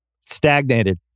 Stagnated